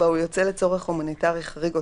"(4) הוא יוצא לצורך הומניטרי חריג או